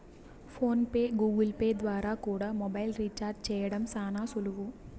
phone pay, Google Pay ద్వారా కూడా mobile recharge చేయడం శానా సులువు